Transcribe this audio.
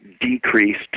decreased